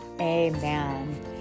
Amen